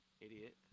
Idiot